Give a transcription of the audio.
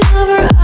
over